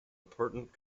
important